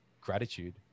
gratitude